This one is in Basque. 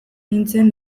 nintzen